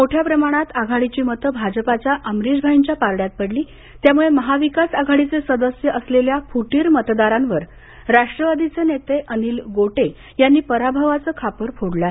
मोठ्या प्रमाणात आघाडीची मतं भाजपच्या अमरिश भाईच्या पारड्यात पडली त्यामुळे महाविकास आघाडीचे सदस्य असलेल्या फुटीर मतदारांवर राष्ट्रवादीचे नेते अनिल गोटे यांनी पराभवाचं खापर फोडलं आहे